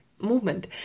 movement